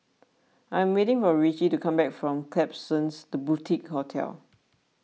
I am waiting for Ritchie to come back from Klapsons the Boutique Hotel